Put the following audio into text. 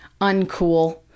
uncool